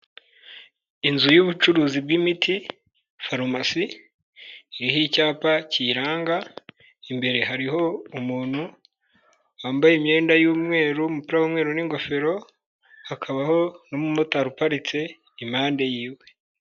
Inzu y'ubucuruzi bw'imiti farumasi iriho icyapa kiyiranga, imbere hariho umuntu wambaye imyenda y'umweru, umupira w'umweru n'ingofero, hakabaho n'umumotari uparitse impande y'iwe.